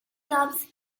clubs